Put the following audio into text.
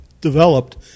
developed